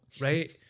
right